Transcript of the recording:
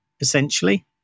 essentially